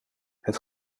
het